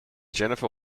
jennifer